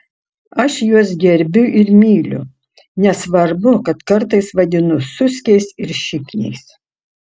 aš juos gerbiu ir myliu nesvarbu kad kartais vadinu suskiais ir šikniais